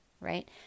right